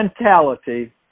mentality